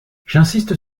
j’insiste